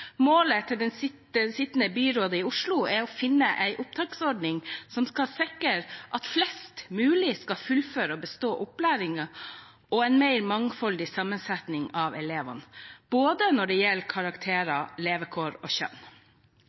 Målet til det sittende byrådet i Oslo er å finne en opptaksordning som kan sikre at flest mulig skal fullføre og bestå opplæringen, og en mer mangfoldig sammensetning av elevene, når det gjelder både karakterer, levekår og kjønn.